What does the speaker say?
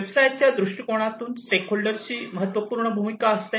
व्यवसायाच्या दृष्टिकोनात स्टेकहोल्डरची महत्त्वपूर्ण भूमिका असते